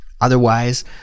otherwise